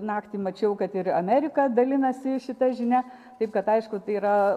naktį mačiau kad ir amerika dalinasi šita žinia taip kad aišku tai yra